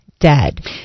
dead